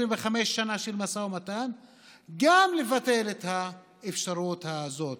25 שנים של משא ומתן גם לבטל את האפשרות הזאת